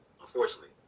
unfortunately